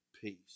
peace